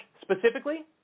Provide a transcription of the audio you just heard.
specifically